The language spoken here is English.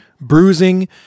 bruising